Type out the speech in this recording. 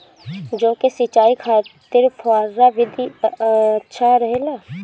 जौ के सिंचाई खातिर फव्वारा विधि अच्छा रहेला?